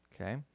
Okay